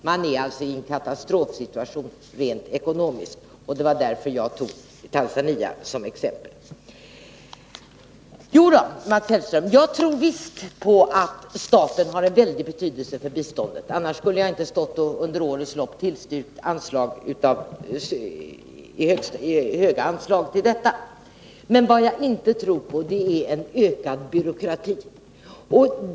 Man är alltså i en katastrof Nr 138 situation rent ekonomiskt. Det var därför jag tog Tanzania som exempel. S Onsdagen den Jag tror visst, Mats Hellström, på att staten har en väldig betydelse för g ko SL E s . 5 maj 1982 biståndet. Annars skulle jag inte under årens lopp ha tillstyrkt stora anslag till detta. Men vad jag inte tror på är en ökad byråkrati.